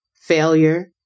failure